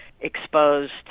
exposed